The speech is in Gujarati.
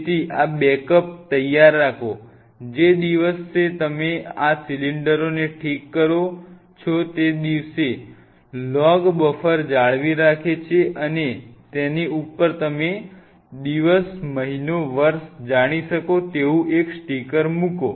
તેથી આ બેકઅપ તૈયાર રાખો જે દિવસે તમે આ સિલિન્ડરોને ઠીક કરો છો તે log બફર જાળવી રાખે છે અને તેની ઉપર તમે દિવસ મહિનો વર્ષ જાણી શકો તેવું એક સ્ટીકર મૂકો